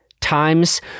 times